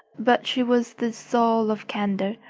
but she was the soul of candour.